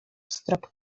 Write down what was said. strop